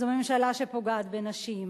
זו ממשלה שפוגעת בנשים.